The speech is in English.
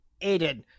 Aiden